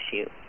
issue